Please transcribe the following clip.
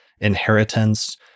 inheritance